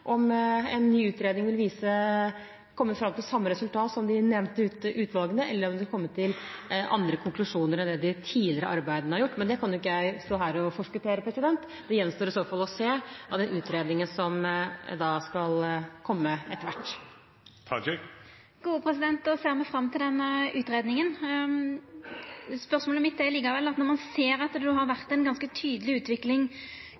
om å gjøre. Da får man se om man ved en ny utredning vil komme fram til samme resultat som de nevnte utvalgene, eller om man vil trekke andre konklusjoner enn man har gjort tidligere. Det kan ikke jeg stå her og forskuttere. Det gjenstår i så fall å se av den utredningen som skal komme etter hvert. Då ser me fram til den utgreiinga. Spørsmålet mitt er likevel: Når ein ser at det har